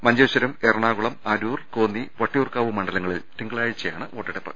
Manjeshwaram Ernakulam Aroor Konni Vattiyoorkavu മണ്ഡലങ്ങളിൽ തിങ്കളാഴ്ച്ചയാണ് വോട്ടെടുപ്പ്